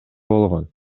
болгон